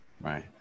right